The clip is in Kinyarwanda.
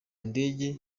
ndege